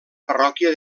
parròquia